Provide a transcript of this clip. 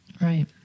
Right